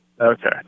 Okay